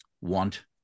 want